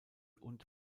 und